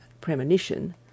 premonition